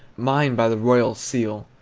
mine by the royal seal!